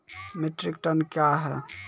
Metric tonne कया हैं?